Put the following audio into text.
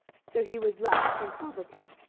so he was left in poverty.